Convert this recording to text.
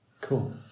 cool